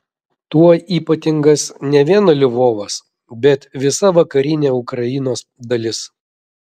tuo ypatingas ne vien lvovas bet visa vakarinė ukrainos dalis